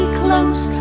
close